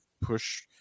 push